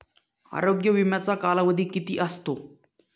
आरोग्य विम्याचा कालावधी किती असतो?